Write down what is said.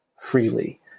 freely